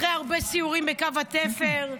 אחרי הרבה סיורים בקו התפר,